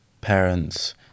parents